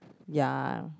ya